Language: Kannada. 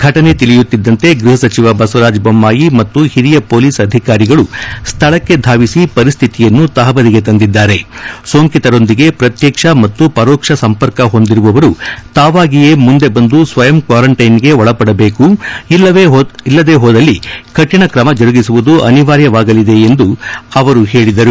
ಫಟನೆ ತಿಳಿಯುತ್ತಿದ್ದಂತೆ ಗೃಹ ಸಚಿವ ಬಸವರಾಜು ಬೊಮ್ನಾಯಿ ಮತ್ತು ಹಿರಿಯ ಮೊಲೀಸ್ ಅಧಿಕಾರಿಗಳು ಸ್ನಳಕ್ಕೆ ಧಾವಿಸಿ ಪರಿಸ್ಥಿತಿಯನ್ನು ತಹಬದಿಗೆ ತಂದಿದ್ದಾರೆ ಸೋಂಕಿತರೊಂದಿಗೆ ಪ್ರತಕ್ಷ ಮತ್ತು ಪರೋಕ್ಷ ಸಂಪರ್ಕ ಹೊಂದಿರುವವರು ತಾವಾಗಿಯೇ ಮುಂದೆ ಬಂದು ಸ್ವಯಂ ಕ್ನಾರಂಟ್ಲೆನ್ಗೆ ಒಳಪಡಬೇಕು ಇಲ್ಲದೇ ಹೋದಲ್ಲಿ ಕಠಿಣ ಕ್ರಮ ಜರುಗಿಸುವುದು ಅನಿವಾರ್ಯವಾಗಲಿದೆ ಎಂದು ಅವರು ಹೇಳಿದರು